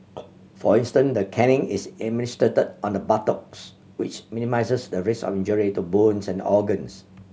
for instance the caning is administered on the buttocks which minimises the risk of injury to bones and organs